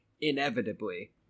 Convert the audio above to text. inevitably